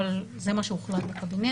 אבל זה מה שהוחלט בקבינט,